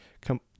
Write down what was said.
come